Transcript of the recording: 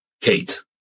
Kate